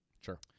Sure